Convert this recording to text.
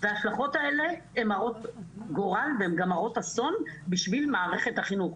וההשלכות האלה הן הרות גורל והן גם הרות אסון בשביל מערכת החינוך.